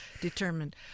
Determined